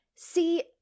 See